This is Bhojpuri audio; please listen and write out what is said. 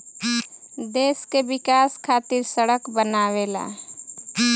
देश के विकाश खातिर सड़क बनावेला